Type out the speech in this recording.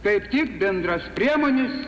kaip tik bendras priemones